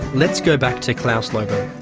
let's go back to claes loberg,